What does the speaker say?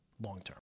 long-term